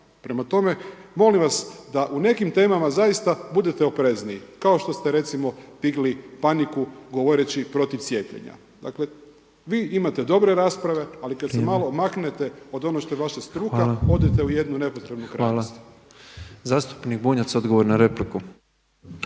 Prema tome, molim vas da u nekim temama zaista budete oprezniji kao što ste recimo digli paniku govoreći protiv cijepljenja. Dakle vi imate dobre rasprave, ali kada se malo maknete od onoga što je vaša struka … /Upadica Petrov: Vrijeme./ … odete u jednu nepotrebnu krajnost. **Petrov, Božo (MOST)** Hvala. Zastupnik Bunjac odgovor na repliku.